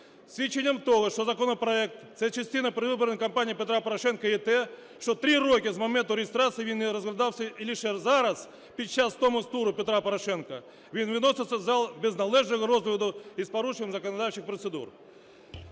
Свідченням того, що законопроект – це частина передвиборної кампанії Петра Порошенка, є те, що 3 роки з моменту реєстрації він не розглядався і лише зараз, під час томос-туру Петра Порошенка, він виноситься в зал без належного розгляду і з порушенням законодавчих процедур.